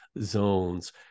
zones